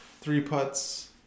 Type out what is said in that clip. three-putts